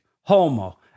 homo